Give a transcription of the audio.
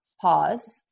pause